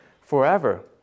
forever